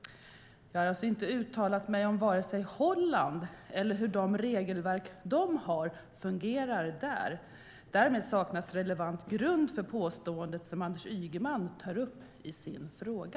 Jag har alltså inte uttalat mig om Holland eller om hur de regelverk de har fungerar där. Därmed saknas relevant grund för påståendet som Anders Ygeman tar upp i sin fråga.